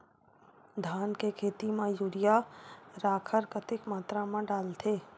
धान के खेती म यूरिया राखर कतेक मात्रा म डलथे?